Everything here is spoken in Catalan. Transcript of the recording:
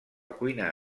cuina